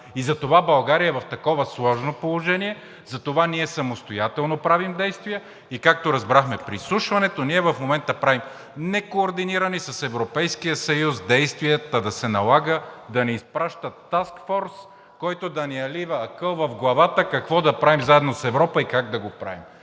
Затова България е в такова сложно положение, затова самостоятелно правим действия. И както разбрахме при изслушването, ние в момента правим некоординирани с Европейския съюз действия, та да се налага да ни изпращат Task Force, който да ни налива акъл в главата какво да правим заедно с Европа и как да го правим.